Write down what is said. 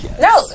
No